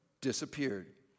disappeared